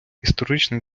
історичний